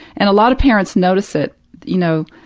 and a lot of parents notice it you know,